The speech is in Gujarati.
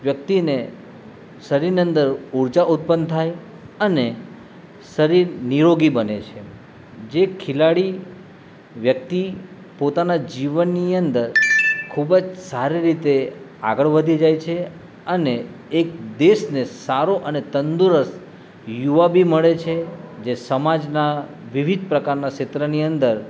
વ્યક્તિને શરીરની અંદર ઉર્જા ઉત્પન્ન થાય અને શરીર નીરોગી બને છે જે ખેલાડી વ્યક્તિ પોતાના જીવનની અંદર ખૂબ જ સારી રીતે આગળ વધી જાય છે અને એ દેશને સારો અને તંદુરસ્ત યુવા બી મળે છે જે સમાજના વિવિધ પ્રકારના ક્ષેત્રની અંદર